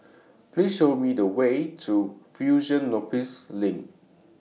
Please Show Me The Way to Fusionopolis LINK